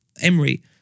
Emery